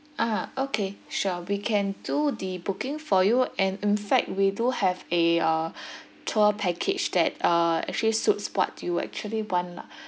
ah okay sure we can do the booking for you and in fact we do have a uh tour package that uh actually suits what you actually want lah